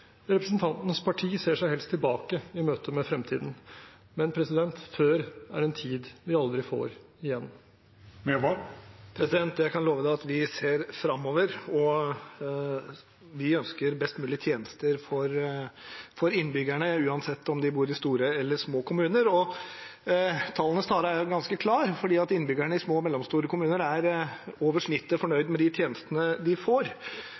Representantens parti ser seg helst tilbake i møte med fremtiden, men før er en tid vi aldri får igjen. Jeg kan love statsråden at vi ser framover. Vi ønsker best mulig tjenester for innbyggerne, uansett om de bor i store eller små kommuner. Tallenes tale er jo ganske klar, fordi innbyggere i små og mellomstore kommuner er over snittet fornøyd med de tjenestene de får.